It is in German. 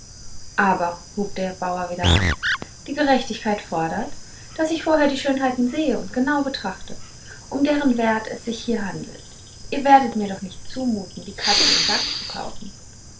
aber hub der bauer wieder an die gerechtigkeit fordert daß ich vorher die schönheiten sehe und genau betrachte um deren wert es sich hier handelt ihr werdet mir doch nicht zumuten die katze im sack zu kaufen